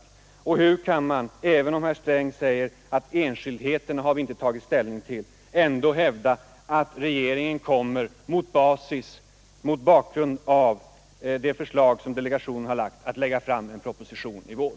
Och hur kan herr Sträng, även om han säger att regeringen inte tagit ställning till enskildheterna, ändå hävda att regeringen, på grund av delegationens förslag, kommer att lägga fram en proposition i vår?